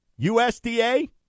USDA